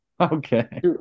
Okay